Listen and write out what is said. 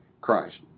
Christ